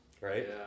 right